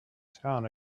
town